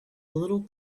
little